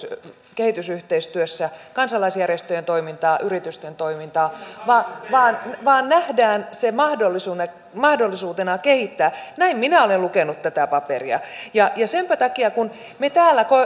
kehitysyhteistyössä kansalaisjärjestöjen toimintaa ja yritysten toimintaa vaan vaan nähdään se mahdollisuutena kehittää näin minä olen lukenut tätä paperia senpä takia kun me täällä